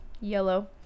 yellow